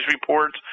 reports